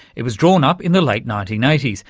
it was drawn up in the late nineteen eighty s,